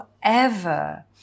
forever